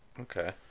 Okay